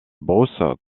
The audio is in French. brousse